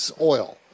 oil